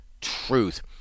truth